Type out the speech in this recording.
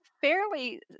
fairly